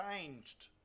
changed